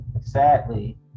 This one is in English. Sadly